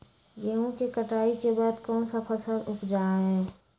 गेंहू के कटाई के बाद कौन सा फसल उप जाए?